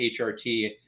HRT